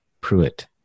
Pruitt